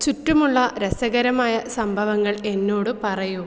ചുറ്റുമുള്ള രസകരമായ സംഭവങ്ങൾ എന്നോട് പറയൂ